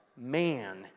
Man